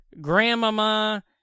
Grandmama